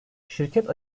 şirket